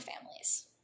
families